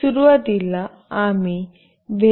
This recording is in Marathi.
सुरुवातीला आम्ही